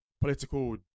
political